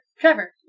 Trevor